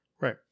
right